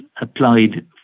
applied